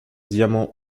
diamant